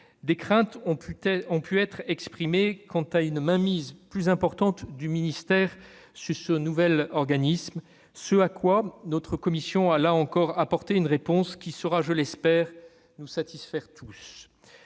Des craintes ont pu être exprimées quant à une mainmise plus importante du ministère sur ce nouvel organisme, ce à quoi notre commission a, là encore, apporté une réponse qui saura, je l'espère, satisfaire